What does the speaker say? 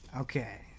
Okay